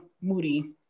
moody